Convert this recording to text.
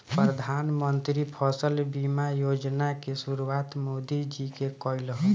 प्रधानमंत्री फसल बीमा योजना के शुरुआत मोदी जी के कईल ह